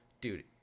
Dude